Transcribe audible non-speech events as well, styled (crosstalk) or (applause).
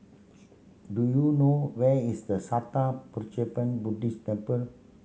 (unintelligible) do you know where is the Sattha (unintelligible) Buddhist Temple